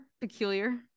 peculiar